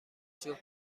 جفت